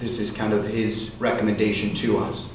this is kind of his recommendation to us